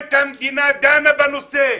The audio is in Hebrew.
ביקורת המדינה דנה בנושא,